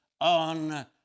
on